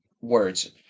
words